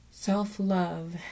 self-love